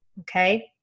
okay